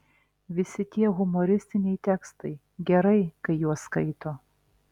visi tie humoristiniai tekstai gerai kai juos skaito